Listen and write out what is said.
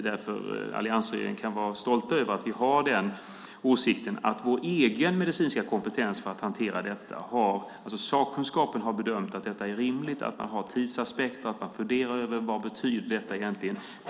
Därför kan alliansregeringen vara stolt över att vi har den åsikten att vår egen medicinska kompetens kan hantera detta. Sakkunskapen har bedömt att det är rimligt att man har tidsaspekter och att man funderar över vad detta egentligen betyder.